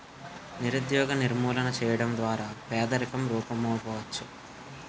నిరుద్యోగ నిర్మూలన చేయడం ద్వారా పేదరికం రూపుమాపవచ్చు